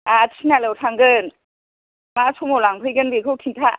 आंहा तिनालियाव थांगोन मा समाव लांफैगोन बेखौ खिन्था